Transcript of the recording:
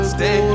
Stay